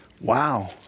Wow